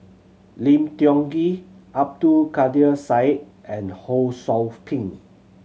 Lim Tiong Ghee Abdul Kadir Syed and Ho Sou Ping